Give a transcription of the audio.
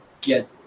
get